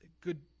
good